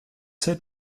sept